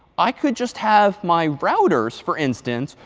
i could just have my routers, for instance,